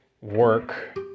work